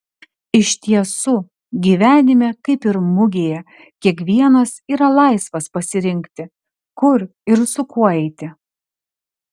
iš tiesų gyvenime kaip ir mugėje kiekvienas yra laisvas pasirinkti kur ir su kuo eiti